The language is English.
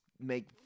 make